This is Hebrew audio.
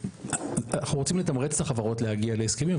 אנחנו רוצים לתמרץ את החברות להגיע להסכמים,